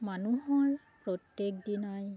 মানুহৰ প্ৰত্যেক দিনাই